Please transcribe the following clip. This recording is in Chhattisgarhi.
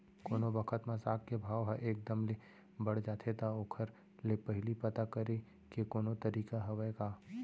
कोनो बखत म साग के भाव ह एक दम ले बढ़ जाथे त ओखर ले पहिली पता करे के कोनो तरीका हवय का?